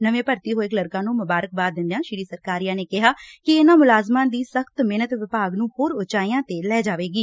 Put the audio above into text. ਨਵੇਂ ਭਰਤੀ ਹੋਏ ਕਲਰਕਾਂ ਨੰ ਮੁਬਾਰਕਬਾਦ ਦਿਦਿਆਂ ਸ੍ਰੀ ਸਰਕਾਰੀਆ ਨੇ ਕਿਹਾ ਕਿ ਇਨੁਾਂ ਮੁਲਾਜਮਾਂ ਦੀ ਸਖ਼ਤ ਮਿਹਨਤ ਵਿਭਾਗ ਨੰ ਹੋਰ ੳਚਾਈਅ ਤੇ ਲੈ ਜਾਵੇਗੀ